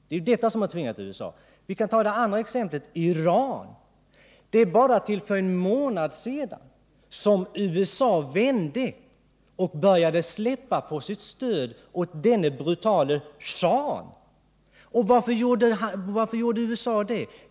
Det är detta som tvingat USA att ändra ståndpunkt. Vi kan ta det andra exemplet, Iran. Det var bara för en månad sedan som USA vände och började släppa sitt stöd åt den brutale shahen. Och varför gjorde USA det?